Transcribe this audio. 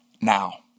now